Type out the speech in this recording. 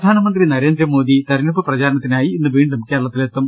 പ്രധാനമന്ത്രി നരേന്ദ്രമോദി തിരഞ്ഞെടുപ്പ് പ്രചാരണത്തിനായി ഇന്ന് വീണ്ടും കേരളത്തിലെത്തും